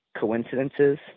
coincidences